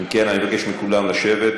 אם כן, אני מבקש מכולם לשבת.